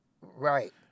Right